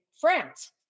France